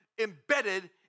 embedded